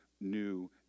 new